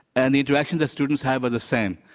and the direction the students have are the same.